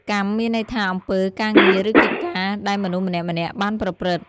កម្ម មានន័យថា អំពើ ការងារ ឬកិច្ចការ ដែលមនុស្សម្នាក់ៗបានប្រព្រឹត្ត។